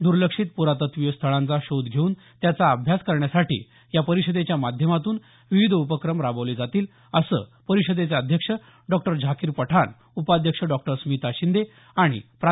दुर्लक्षित पुरातत्त्वीय स्थळांचा शोध घेऊन त्याचा अभ्यास करण्यासाठी या परिषदेच्या माध्यमातून विविध उपक्रम राबवले जातील असं परिषदेचे अध्यक्ष डॉक्टर झाकीर पठाण उपाध्यक्ष डॉक्टर स्मिता शिंदे आणि प्रा